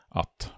att